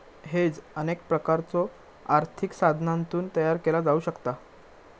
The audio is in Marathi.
हेज अनेक प्रकारच्यो आर्थिक साधनांतून तयार केला जाऊ शकता